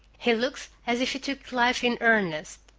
he looks as if he took life in earnest.